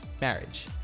marriage